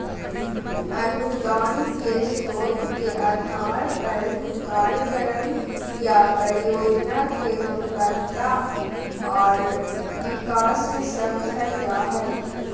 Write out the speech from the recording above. अनुदान के स्रोत के आधार पर ही कार्यक्रम या परियोजना के गुणवत्ता आर विकास समझल जा हय